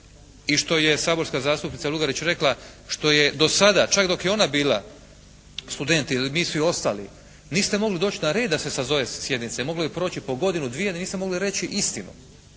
i što je saborska zastupnica rekla što je do sada, čak dok je ona bila student ili nisu i ostali niste mogli doći na red da se sazove sjednica. Moglo je proći po godinu, dvije da niste mogli reći istinu.